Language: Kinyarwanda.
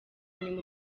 nyuma